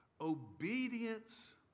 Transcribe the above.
Obedience